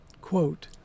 quote